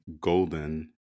Golden